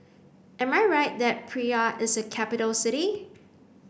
am I right that Praia is a capital city